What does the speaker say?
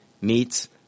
meets